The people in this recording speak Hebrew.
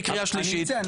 אני אצא.